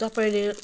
तपाईँले